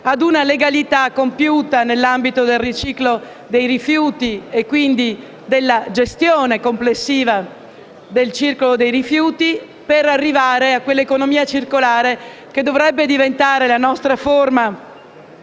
di legalità compiuta nell'ambito del riciclo dei rifiuti e quindi nella gestione complessiva del ciclo dei rifiuti, per arrivare a quell'economia circolare che dovrebbe diventare la nostra forma